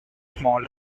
small